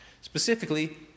specifically